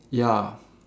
ya